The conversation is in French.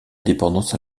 dépendance